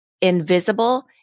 invisible